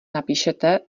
napíšete